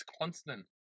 constant